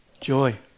Joy